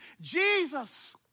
Jesus